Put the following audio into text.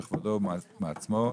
בכבודו ובעצמו,